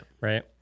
right